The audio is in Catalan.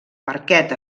parquet